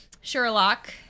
Sherlock